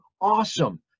awesome